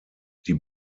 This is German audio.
die